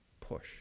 push